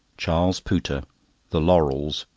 charles pooter the laurels,